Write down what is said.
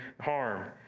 harm